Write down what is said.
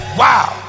wow